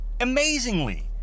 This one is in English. amazingly